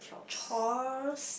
chores